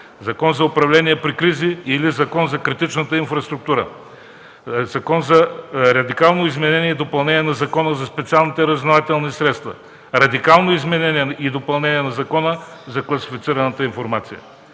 Закона за управление при кризи или Закон за критичната инфраструктура, Закона за радикално изменение и допълнение на Закона за специалните разузнавателни средства, радикално изменение и допълнение на Закона за класифицираната информация.